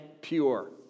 pure